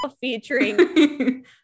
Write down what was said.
featuring